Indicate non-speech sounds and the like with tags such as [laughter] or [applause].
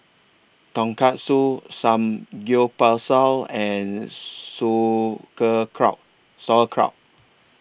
Tonkatsu Samgyeopsal and [unintelligible] Sauerkraut